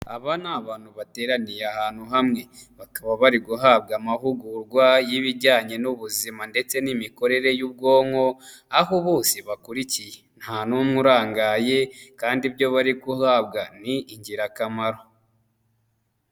Aba ni abantu bateraniye ahantu hamwe, bakaba bari guhabwa amahugurwa y'ibijyanye n'ubuzima ndetse n'imikorere y'ubwonko, aho bose bakurikiye, nta n'umwe urangaye kandi ibyo bari guhabwa ni ingirakamaro.